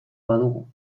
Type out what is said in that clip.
badugu